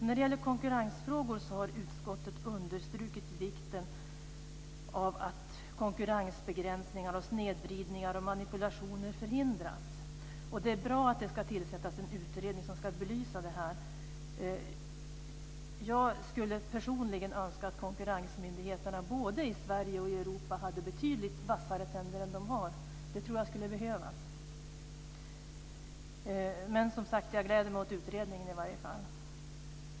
När det gäller konkurrensfrågor har utskottet understrukit vikten av att konkurrensbegränsningar, snedvridningar och manipulationer förhindras. Det är bra att det ska tillsättas en utredning som ska belysa detta. Jag skulle personligen önska att konkurrensmyndigheterna både i Sverige och i Europa hade betydligt vassare tänder, det tror jag skulle behövas. Men som sagt gläder jag mig åt utredningen i varje fall.